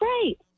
great